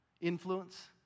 influence